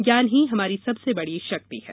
ज्ञान ही हमारी सबसे बड़ी शक्ति है